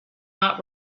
not